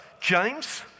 James